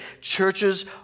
Churches